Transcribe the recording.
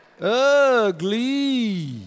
Ugly